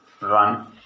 run